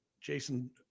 Jason